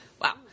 Wow